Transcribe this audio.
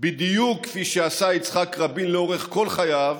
בדיוק כפי שעשה יצחק רבין לאורך כל חייו,